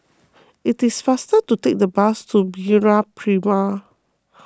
it is faster to take the bus to MeraPrime